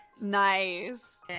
Nice